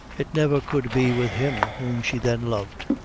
it never could be with him whom she then loved.